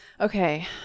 Okay